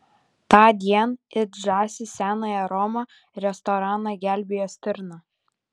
tądien it žąsys senąją romą restoraną gelbėjo stirna